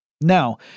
Now